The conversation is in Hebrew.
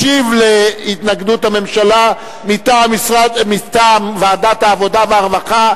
ישיב על התנגדות הממשלה מטעם ועדת העבודה והרווחה,